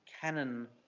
canon